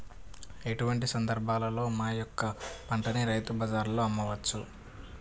ఎటువంటి సందర్బాలలో మా యొక్క పంటని రైతు బజార్లలో అమ్మవచ్చు?